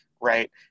right